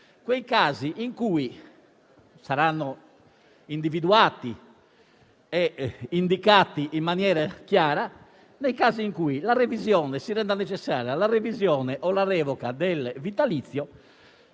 quei casi - saranno individuati e indicati in maniera chiara - in cui si renda necessaria la revisione o la revoca del vitalizio